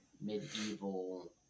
medieval